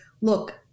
look